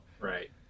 right